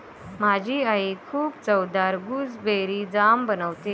माझी आई खूप चवदार गुसबेरी जाम बनवते